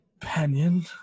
companion